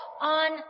on